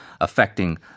affecting